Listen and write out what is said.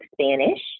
spanish